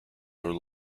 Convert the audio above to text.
were